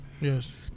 Yes